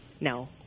No